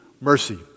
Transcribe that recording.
mercy